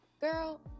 girl